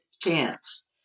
chance